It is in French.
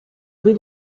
rue